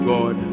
God